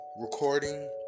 recording